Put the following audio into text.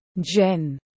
Jen